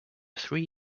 three